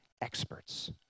experts